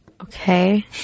okay